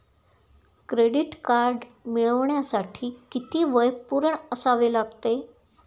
Credit card मिळवण्यासाठी किती वय पूर्ण असावे लागते?